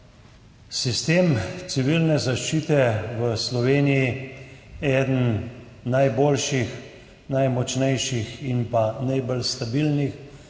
Sistem civilne zaščite v Sloveniji je eden najboljših, najmočnejših in najbolj stabilnih.